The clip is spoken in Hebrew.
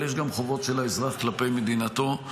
אבל יש גם חובות של האזרח כלפי מדינתו.